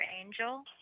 angel